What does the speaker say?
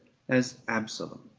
as absalon